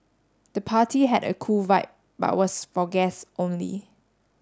the party had a cool vibe but was for guests only